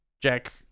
Jack